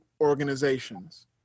organizations